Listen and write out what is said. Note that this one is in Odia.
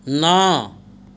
ନଅ